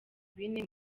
bine